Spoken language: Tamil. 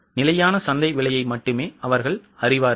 நிலையான சந்தை விலையை மட்டுமே அவர்கள் அறிவார்கள்